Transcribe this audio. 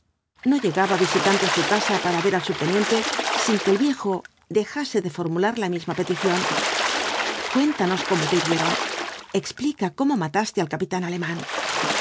no llegaba visitante á su casa para ver al subteniente sin que el viejo dejase de formular la misma petición cuéntanos cómo te hirieron explica cómo mataste al capitán alemán